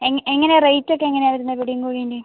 എങ്ങനെയാണ് റേറ്റ് ഒക്കെ എങ്ങനെയാണ് വരുന്നത് പിടിയും കോഴീൻ്റെയും